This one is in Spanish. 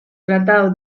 tratado